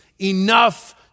enough